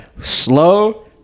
slow